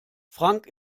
frank